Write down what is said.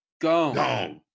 Go